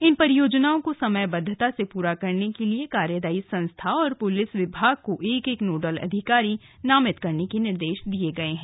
इन परियोजनाओं को समयबद्धता से पूरा करने के लिए कार्यदायी संस्था और पुलिस विभाग को एक एक नोडल अधिकारी नामित करने के निर्देश दिए गए हैं